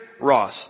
Ross